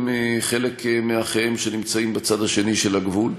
חלק מאחיהם שנמצאים בצד השני של הגבול.